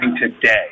today